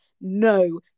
no